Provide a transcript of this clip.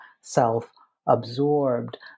self-absorbed